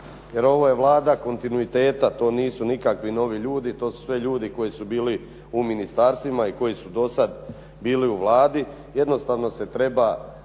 jer ovo je Vlada kontinuiteta, to nisu nikakve novi ljudi, to su sve ljudi koji su bili u ministarstvima i koji su do sada bili u Vladi. Jednostavno se treba